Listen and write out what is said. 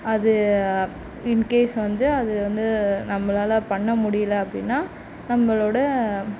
அது in case வந்து அது வந்து நம்மளால் பண்ண முடியலை அப்படின்னா நம்மளோட